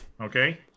Okay